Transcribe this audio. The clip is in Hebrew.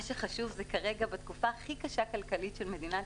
מה שחשוב בתקופה הכלכלית הכי קשה במדינת